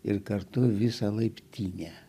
ir kartu visą laiptinę